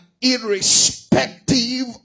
irrespective